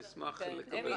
נשמח לדבר איתך.